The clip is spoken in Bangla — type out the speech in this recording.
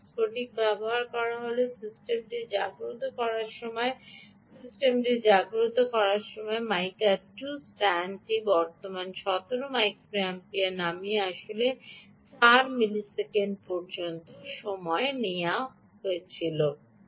বাহ্যিক স্ফটিক ব্যবহার করা হলে সিস্টেমটি জাগ্রত করার সময় মাইকা 2 স্ট্যান্ডটি বর্তমান 17 মাইক্রোম্পিয়ারে নামিয়ে আনতে 4 মিলিসেকেন্ড পর্যন্ত সময় নেয়